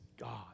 God